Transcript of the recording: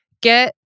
get